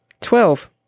Twelve